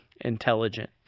intelligent